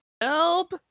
Help